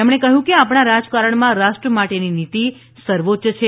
તેમણે કહ્યું આપણા રાજકારણમાં રાષ્ટ્ર માટેની નીતિ સર્વોચ્ય છે